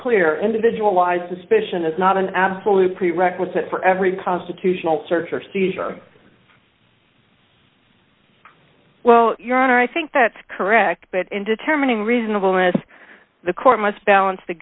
clear individualized suspicion is not an absolute prerequisite for every constitutional search or seizure well your honor i think that's correct but in determining reasonableness the court must balance the